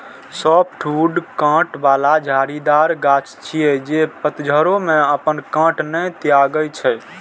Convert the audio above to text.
softwood कांट बला झाड़ीदार गाछ छियै, जे पतझड़ो मे अपन कांट नै त्यागै छै